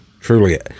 truly